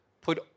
put